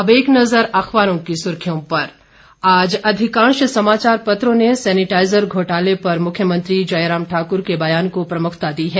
अब एक नज़र अखबारों की सुर्खियों पर आज अधिकांश समाचार पत्रों ने सैनिटाइजर घोटाले पर मुख्यमंत्री जयराम ठाक्र के बयान को प्रमुखता दी है